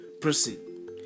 person